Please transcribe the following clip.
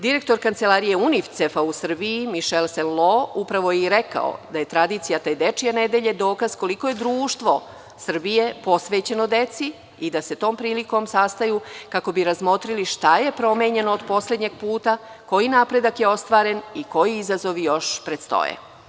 Direktor Kancelarije UNICEF-a u Srbiji Mišel Seulo, upravo je i rekao da je tradicija te Dečije nedelje dokaz koliko je društvo Srbije posvećeno deci i da se tom prilikom sastaju, kako bi razmotrili šta je promenjeno od poslednjeg puta, koji napredak je ostvaren i koji izazovi još predstoje.